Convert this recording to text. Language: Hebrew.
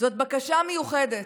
זאת בקשה מיוחדת.